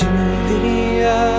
Julia